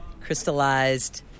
crystallized